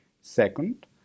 Second